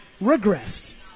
regressed